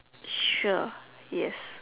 sure yes